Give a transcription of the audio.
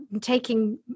taking